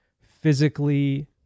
physically